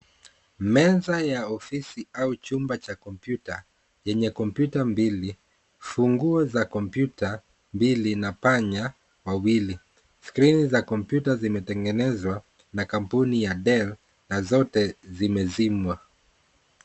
Meza ya ofisi au chumba kompyuta yenye kompyuta mbili, funguo za kompyuta mbili na panya wawili. Skrini za kompyuta zimetengenezwa na kampuni ya del na zote zimezimwa.